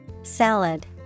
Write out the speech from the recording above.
Salad